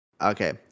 Okay